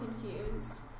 confused